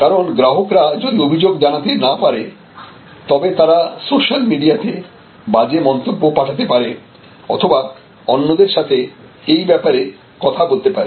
কারণ গ্রাহকরা যদি অভিযোগ জানাতে না পারে তবে তারা সোশ্যাল মিডিয়াতে বাজে মন্তব্য পাঠাতে পারে অথবা অন্যদের সাথে এই ব্যাপারে কথা বলতে পারে